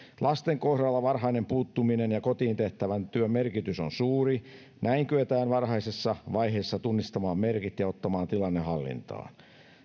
lasten kohdalla varhainen puuttuminen ja kotiin tehtävän työn merkitys on suuri näin kyetään varhaisessa vaiheessa tunnistamaan merkit ja ottamaan tilanne hallintaan